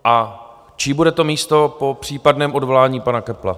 A čí bude to místo po případném odvolání pana Köppla?